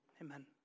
Amen